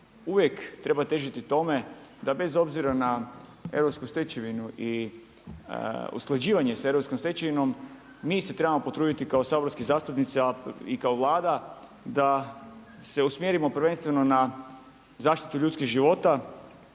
uvijek treba težiti tome da bez obzira na europsku stečevinu i usklađivanje sa europskom stečevinom, mi se trebamo potruditi kao saborski zastupnici, a i kao Vlada da se usmjerimo prvenstveno na zaštitu ljudskih života,